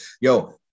yo